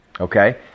Okay